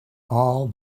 all